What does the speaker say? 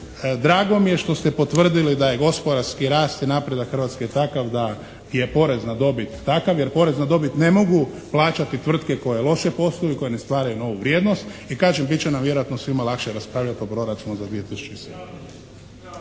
Drago mi je što ste potvrdili da je gospodarski rast i napredak Hrvatske takav da je porez na dobit takav jer porez na dobit ne mogu plaćati tvrtke koje loše posluju i koje ne stvaraju novu vrijednost. I kažem, bit će nam vjerojatno svima lakše raspravljati o Proračunu za 2007.